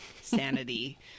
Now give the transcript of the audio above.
sanity